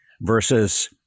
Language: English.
versus